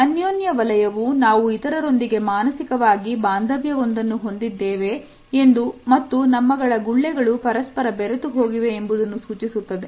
ಅನ್ಯೋನ್ಯ ವಲಯವು ನಾವು ಇತರರೊಂದಿಗೆ ಮಾನಸಿಕವಾಗಿ ಬಾಂಧವ್ಯ ಒಂದನ್ನು ಹೊಂದಿದ್ದೇವೆ ಎಂದು ಮತ್ತು ನಮ್ಮಗಳ ಗುಳ್ಳೆಗಳು ಪರಸ್ಪರ ಬೆರೆತು ಹೋಗಿವೆ ಎಂಬುದನ್ನು ಸೂಚಿಸುತ್ತದೆ